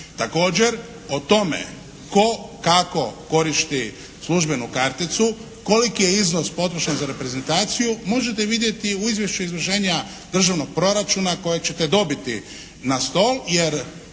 Također o tome tko kako koristi službenu karticu, koliki je iznos potrošen za reprezentaciju možete vidjeti u izvješću izvršenja državnog proračuna koje ćete dobiti na stol jer